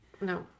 No